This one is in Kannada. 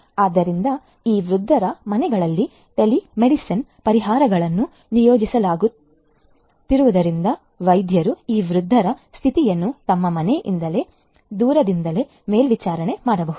ಆದ್ದರಿಂದ ಈ ವೃದ್ಧರ ಮನೆಗಳಲ್ಲಿ ಟೆಲಿಮೆಡಿಸಿನ್ ಪರಿಹಾರಗಳನ್ನು ನಿಯೋಜಿಸಲಾಗುತ್ತಿರುವುದರಿಂದ ವೈದ್ಯರು ಈ ವೃದ್ಧರ ಸ್ಥಿತಿಯನ್ನು ತಮ್ಮ ಮನೆಯಿಂದ ದೂರದಿಂದಲೇ ಮೇಲ್ವಿಚಾರಣೆ ಮಾಡಬಹುದು